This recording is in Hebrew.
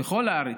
בכל הארץ.